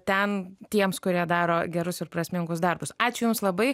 ten tiems kurie daro gerus ir prasmingus darbus ačiū jums labai